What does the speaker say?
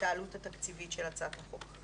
העלות התקציבית של הצעת החוק.